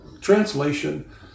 Translation